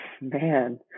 man